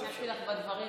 נכנסתי לך לדברים,